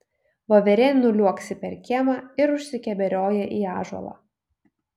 voverė nuliuoksi per kiemą ir užsikeberioja į ąžuolą